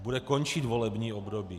Už bude končit volební období.